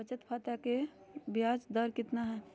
बचत खाता के बियाज दर कितना है?